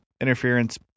Interference